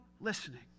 listening